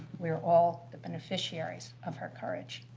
we are all the beneficiaries of her courage.